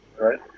right